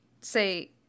say